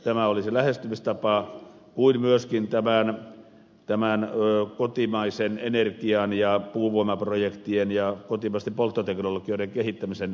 tämä oli se lähestymistapa samoin kuin myöskin tämän kotimaisen energian ja puuvoimaprojektien ja kotimaisten polttoaineteknologioiden kehittämisen painotus